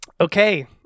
Okay